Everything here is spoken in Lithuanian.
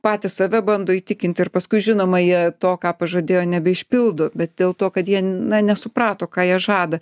patys save bando įtikint ir paskui žinoma jie to ką pažadėjo nebe išpildo bet dėl to kad jie na nesuprato ką jie žada